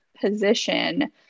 position